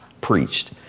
preached